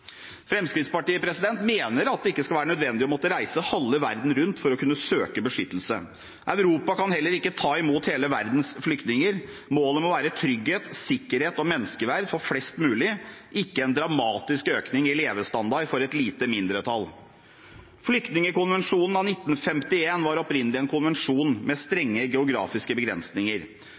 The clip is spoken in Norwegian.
Fremskrittspartiet mener at det ikke skal være nødvendig å måtte reise halve verden rundt for å kunne søke beskyttelse. Europa kan heller ikke ta imot hele verdens flyktninger. Målet må være trygghet, sikkerhet og menneskeverd for flest mulig, ikke en dramatisk økning i levestandard for et lite mindretall. Flyktningkonvensjonen av 1951 var opprinnelig en konvensjon med